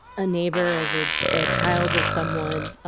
a neighbor as a child of someone? ah